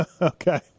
Okay